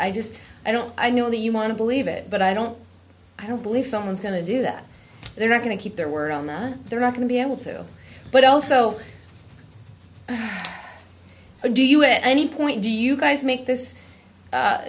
i just i don't i know you want to believe it but i don't i don't believe someone's going to do that they're not going to keep their word on that they're not going to be able to but also how do you at any point do you guys make this